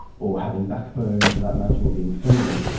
or having backbone for that matter, or being feminine.